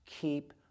keep